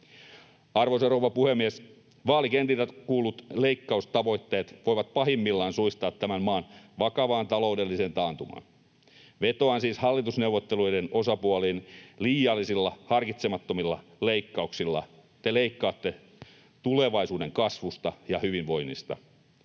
Arvoisa rouva puhemies! Vaalikentillä kuullut leikkaustavoitteet voivat pahimmillaan suistaa tämän maan vakavaan taloudelliseen taantumaan. Vetoan siis hallitusneuvotteluiden osapuoliin: Liiallisilla, harkitsemattomilla leikkauksilla te leikkaatte tulevaisuuden kasvusta ja hyvinvoinnista.